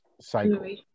cycle